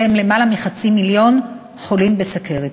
שהם למעלה מחצי מיליון חולים בסוכרת,